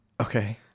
Okay